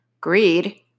greed